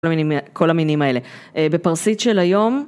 כל המינים האלה. בפרסית של היום